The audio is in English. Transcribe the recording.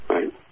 Right